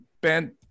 Ben